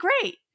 great